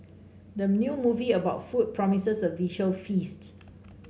the new movie about food promises a visual feast